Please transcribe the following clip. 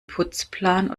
putzplan